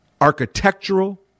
architectural